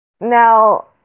Now